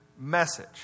Message